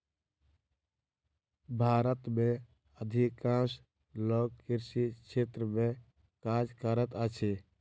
भारत में अधिकांश लोक कृषि क्षेत्र में काज करैत अछि